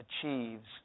achieves